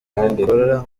abikora